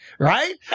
Right